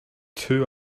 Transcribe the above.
two